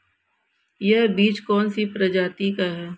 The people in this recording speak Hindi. यह बीज कौन सी प्रजाति का है?